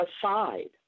aside